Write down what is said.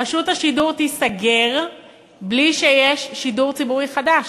רשות השידור תיסגר בלי שיש שידור ציבורי חדש,